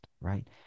right